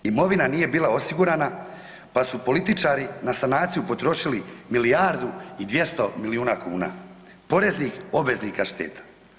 Imovina nije bila osigurana pa su političari na sanaciju potrošili milijardu i 200 milijuna kuna poreznih obveznika šteta.